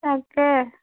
তাকেহে